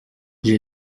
j’ai